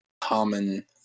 common